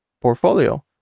portfolio